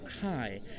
high